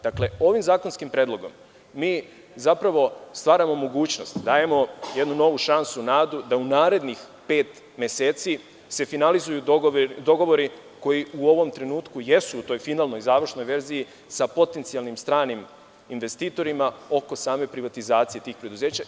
Dakle, ovim zakonskim predlogom mi zapravo stvaramo mogućnost, dajemo jednu novu šansu, nadu da u narednih pet meseci se finalizuju dogovori koji u ovom trenutku jesu u toj finalnoj, završnoj verziji sa potencijalnim stranim investitorima oko same privatizacije tih preduzeća.